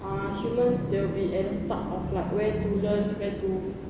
humans they'll be stuck of like where to learn where to